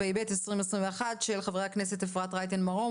התשפ"א-2021 של חברי הכנסת אפרת רייטן מרום,